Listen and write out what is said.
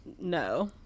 No